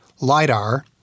lidar